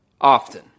often